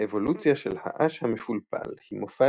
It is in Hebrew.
האבולוציה של העש המפולפל היא מופע